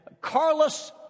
Carlos